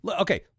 okay